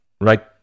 right